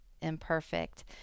imperfect